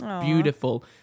beautiful